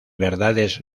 verdades